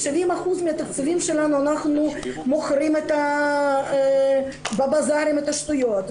70% מהתקציבים שלנו אנחנו מוכרים בבזארים את השטויות,